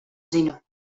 zinu